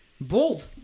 Bold